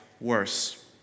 worse